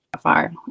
far